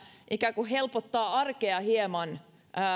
ikään kuin hieman helpottaa arkea